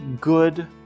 good